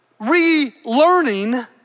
relearning